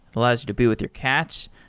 allows you to be with your cats.